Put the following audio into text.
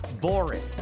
boring